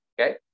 Okay